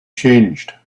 changed